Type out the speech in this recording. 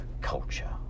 culture